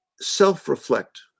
self-reflect